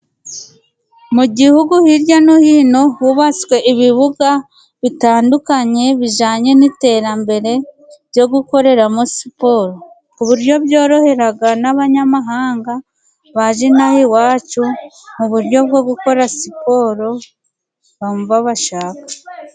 Mu gihugu hirya no hino hubatswe ibibuga bitandukanye. Bijyanye n'iterambere byo gukoreramo siport. Ku buryo byorohera n'abanyamahanga baje iwacu mu buryo bwo gukora siporo bumva bashaka.